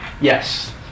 Yes